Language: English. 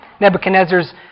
Nebuchadnezzar's